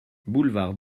boulevard